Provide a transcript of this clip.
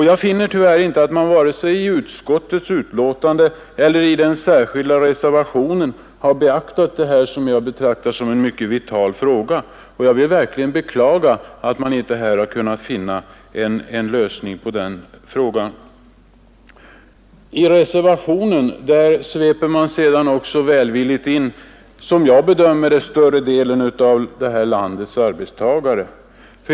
Jag finner tyvärr att man varken i utskottets betänkande eller i reservationen har beaktat detta som jag betraktar såsom en mycket vital fråga. Jag vill verkligen beklaga att man här inte har kunnat finna en lösning på det problemet. I reservationen sveper man sedan välvilligt in, som jag bedömer det, större delen av detta lands arbetstagare.